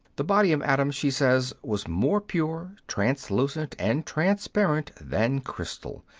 the body of adam, she says, was more pure, translucent, and transparent than crystal,